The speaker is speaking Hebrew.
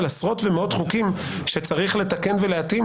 עשרות ומאות חוקים שצריך לתקן ולהתאים,